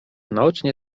naocznie